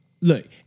look